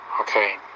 Okay